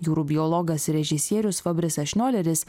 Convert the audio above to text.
jūrų biologas ir režisierius fabrisas šnioleris